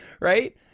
right